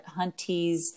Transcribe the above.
hunties